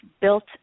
built